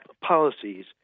policies